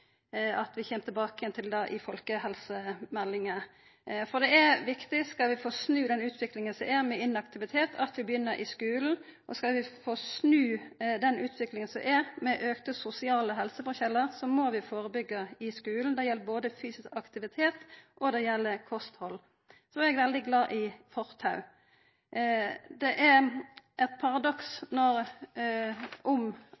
at vi kjem tilbake til dette i folkehelsemeldinga. For det er viktig, skal vi snu utviklinga med inaktivitet, at vi begynner i skulen. Skal vi snu den utviklinga som er med auka sosiale helseforskjellar, må vi førebygga i skulen, det gjeld både fysisk aktivitet og kosthald. Så er eg veldig glad i fortau. Det er eit paradoks